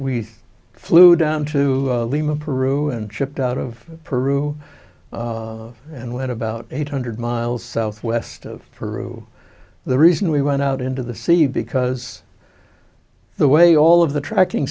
we flew down to lima peru and shipped out of peru and went about eight hundred miles southwest of through the reason we went out into the sea because the way all of the tracking